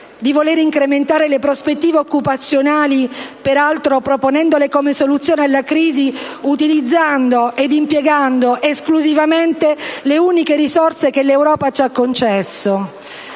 di voler incrementare le prospettive occupazionali, peraltro proponendole come soluzione alla crisi, impiegando esclusivamente le uniche risorse che l'Europa ci ha concesso.